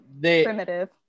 Primitive